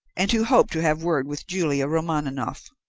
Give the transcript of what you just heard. and who hoped to have word with julia romaninov.